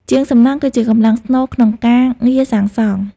ជាងសំណង់គឺជាកម្លាំងស្នូលក្នុងការងារសាងសង់។